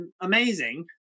amazing